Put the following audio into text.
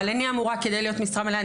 אבל כדי לעבוד במשרה מלאה,